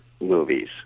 movies